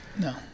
No